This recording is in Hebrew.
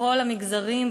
בכל המגזרים,